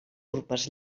urpes